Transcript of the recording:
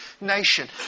nation